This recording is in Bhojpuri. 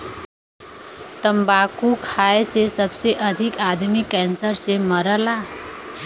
तम्बाकू खाए से सबसे अधिक आदमी कैंसर से मरला